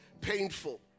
painful